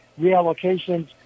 reallocations